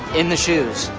in the shoes.